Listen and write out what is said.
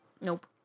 Nope